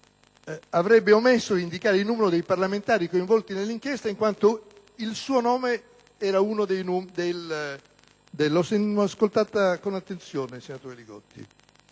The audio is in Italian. avrebbe omesso di indicare il nome dei parlamentari coinvolti nell'inchiesta, in quanto il suo nome era tra quelli.